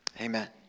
Amen